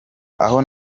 aho